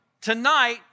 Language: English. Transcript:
Tonight